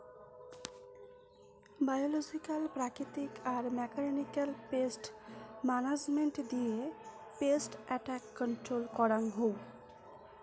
biological প্রাকৃতিক আর মেকানিক্যালয় পেস্ট মানাজমেন্ট দিয়ে পেস্ট এট্যাক কন্ট্রল করাঙ হউ